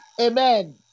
Amen